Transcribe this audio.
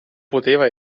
poteva